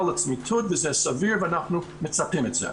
לצמיתות וזה סביר ואנחנו מצפים את זה.